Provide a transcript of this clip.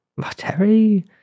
Terry